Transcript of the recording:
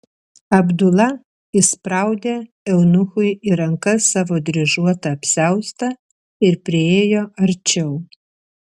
abdula įspraudė eunuchui į rankas savo dryžuotą apsiaustą ir priėjo arčiau